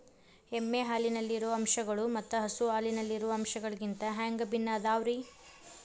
ಎಮ್ಮೆ ಹಾಲಿನಲ್ಲಿರೋ ಅಂಶಗಳು ಮತ್ತ ಹಸು ಹಾಲಿನಲ್ಲಿರೋ ಅಂಶಗಳಿಗಿಂತ ಹ್ಯಾಂಗ ಭಿನ್ನ ಅದಾವ್ರಿ?